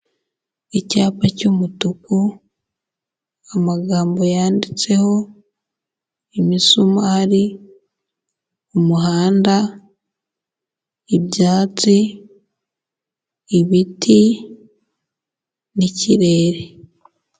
Icyapa cy'umutuku, amagambo yanditseho, imisumari, umuhanda, ibyatsi, ibiti, n'ikirere.